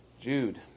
Jude